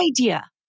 idea